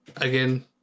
Again